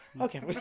okay